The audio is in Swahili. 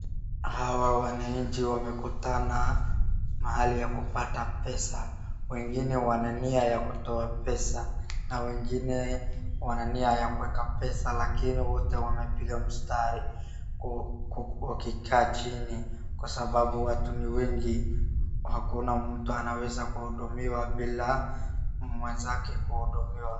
Hawa wananchi wamekutana mahali ya kupata pesa. Wengine wana nia ya kutoa pesa na wengine wana nia ya kuweka pesa, lakini wote wamepiga mstari ku, ku, wakikaa chini. Kwa sababu watu ni wengi, hakuna mtu anaweza kuhudumiwa bila mwenzake kuhudumiwa.